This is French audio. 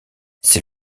c’est